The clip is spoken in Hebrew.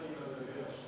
אדוני.